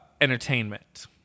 entertainment